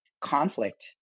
conflict